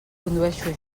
condueixo